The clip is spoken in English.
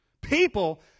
People